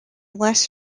less